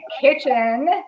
Kitchen